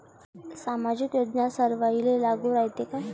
सामाजिक योजना सर्वाईले लागू रायते काय?